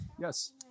Yes